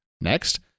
Next